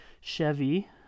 Chevy